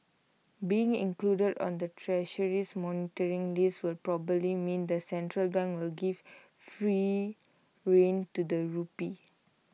being included on the Treasury's monitoring list will probably mean the central bank will give freer rein to the rupee